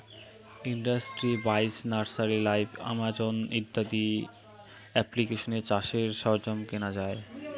industry বাইশ, nursery live, Amazon ইত্যাদি এপ্লিকেশানে চাষের সরঞ্জাম কেনা যাই